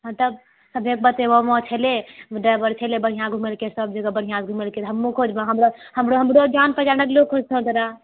हँ तब ड्राइवर छलै बढ़िया सब जगह घुमेलकै बढ़िया से घुमेलकै रहए हमरो जान पहचानकऽलोग खोजतहो तोरा